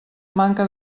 manca